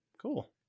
Cool